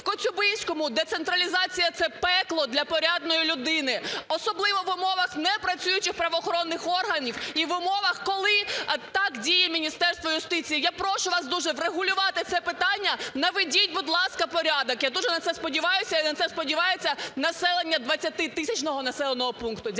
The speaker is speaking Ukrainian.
У Коцюбинському – це пекло для порядної людини, особливо в умовах непрацюючих правоохоронних органів і в умовах, коли так діє Міністерство юстиції. Я прошу вас дуже врегулювати це питання. Наведіть, будь ласка, порядок. Я дуже на це сподіваюсь і на це сподівається населення 20-тисячного населеного пункту.